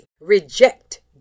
reject